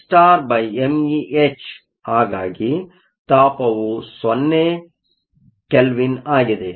h ಹಾಗಾಗಿ ತಾಪಮಾನವು 0 kelvin ಆಗಿದೆ